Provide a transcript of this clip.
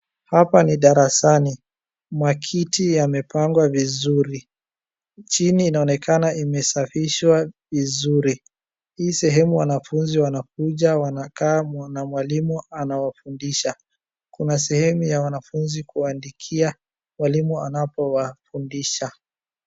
Hapa ni darasani. Makiti yamepangwa vizuri. Chini inaonekana imeasafishwa vizuri. Hii sehemu wanafunzi wanakuja wanakaa na mwalimu anawafundisha. Kuna sehemu ya wanafunzi kuandikia mwalimu anapowafundisha.